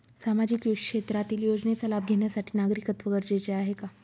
सामाजिक क्षेत्रातील योजनेचा लाभ घेण्यासाठी नागरिकत्व गरजेचे आहे का?